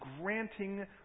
granting